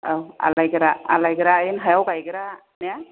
औ आलायग्रा आलायग्रा हायाव गायग्रा ने